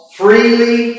freely